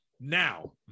now